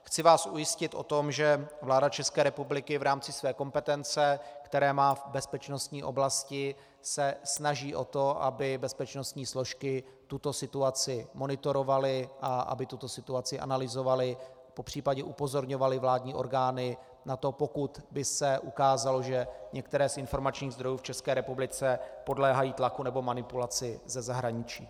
Chci vás ujistit o tom, že vláda České republiky v rámci své kompetence, které má v bezpečnostní oblasti, se snaží o to, aby bezpečnostní složky tuto situaci monitorovaly a aby tuto situaci analyzovaly, popřípadě upozorňovaly vládní orgány na to, pokud by se ukázalo, že některé z informačních zdrojů v České republice podléhají tlaku nebo manipulaci ze zahraničí.